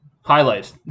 Highlights